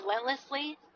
relentlessly